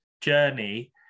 journey